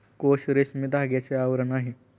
कोश रेशमी धाग्याचे आवरण आहे